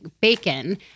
bacon